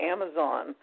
Amazon